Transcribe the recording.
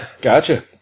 Gotcha